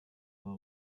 pas